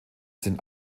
sind